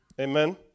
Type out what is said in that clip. Amen